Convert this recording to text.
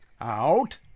Out